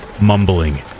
mumbling